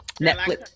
netflix